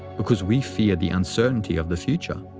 because we fear the uncertainty of the future.